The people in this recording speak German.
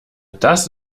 das